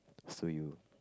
so you'll